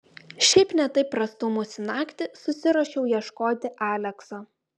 šiaip ne taip prastūmusi naktį susiruošiau ieškoti alekso